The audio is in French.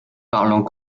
parlant